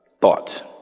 thoughts